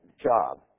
job